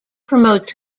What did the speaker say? promotes